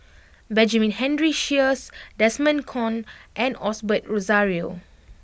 Benjamin Henry Sheares Desmond Kon and Osbert Rozario